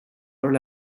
are